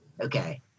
okay